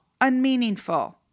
Unmeaningful